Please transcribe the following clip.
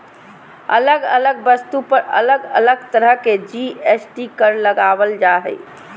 अलग अलग वस्तु पर अलग अलग तरह के जी.एस.टी कर लगावल जा हय